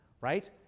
right